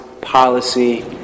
policy